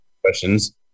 questions